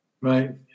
Right